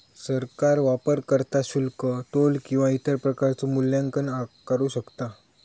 सरकार वापरकर्ता शुल्क, टोल किंवा इतर प्रकारचो मूल्यांकन आकारू शकता